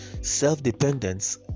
self-dependence